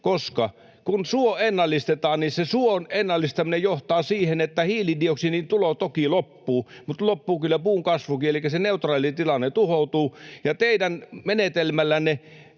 Koska kun suo ennallistetaan, niin sen suon ennallistaminen johtaa siihen, että hiilidioksidin tulo toki loppuu, mutta loppuu kyllä puun kasvukin. Elikkä se neutraali tilanne tuhoutuu, ja teidän menetelmällänne